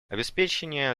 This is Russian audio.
обеспечение